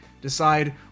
decide